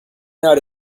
not